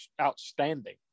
outstanding